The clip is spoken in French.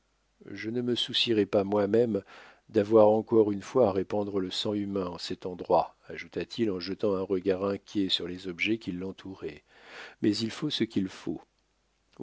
je ne me soucierais pas moi-même d'avoir encore une fois à répandre le sang humain en cet endroit ajouta-t-il en jetant un regard inquiet sur les objets qui l'entouraient mais il faut ce qu'il faut